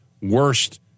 worst